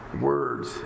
words